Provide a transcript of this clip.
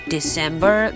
December